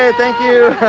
ah thank you,